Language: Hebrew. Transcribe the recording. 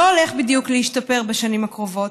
הוא לא הולך בדיוק להשתפר בשנים הקרובות.